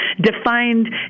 defined